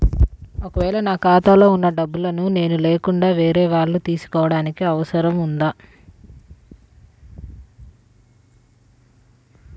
ఒక వేళ నా ఖాతాలో వున్న డబ్బులను నేను లేకుండా వేరే వాళ్ళు తీసుకోవడానికి ఆస్కారం ఉందా?